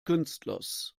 künstlers